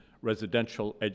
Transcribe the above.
Residential